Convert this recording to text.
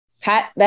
Pat